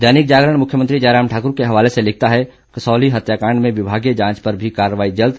दैनिक जागरण मुख्यमंत्री जयराम ठाकुर के हवाले से लिखता है कसौली हत्याकांड में विमागीय जांच पर भी कार्रवाई जल्द